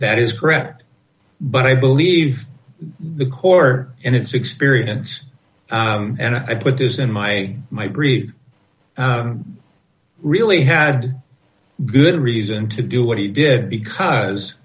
that is correct but i believe the core and its experience and i put this in my my brief really had good reason to do what he did because